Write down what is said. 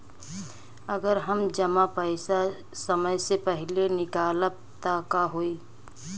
अगर हम जमा पैसा समय से पहिले निकालब त का होई?